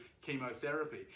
chemotherapy